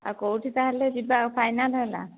ଆଉ କେଉଁଠି ତାହେଲେ ଯିବା ଫାଇନାଲ ହେଲା